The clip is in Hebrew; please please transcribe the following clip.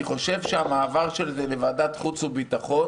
אני חושב שהמעבר של זה לוועדת חוץ וביטחון